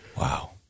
Wow